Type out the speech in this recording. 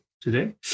today